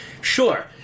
sure